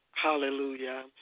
Hallelujah